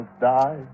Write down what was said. die